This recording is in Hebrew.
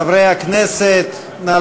חברי הכנסת, נא